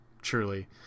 Truly